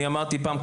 אני אמרתי פעם,